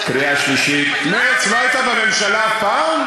קריאה שלישית, מרצ לא הייתה בממשלה אף פעם?